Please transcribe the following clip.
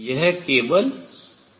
यह केवल T पर निर्भर करता है